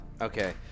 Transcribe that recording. Okay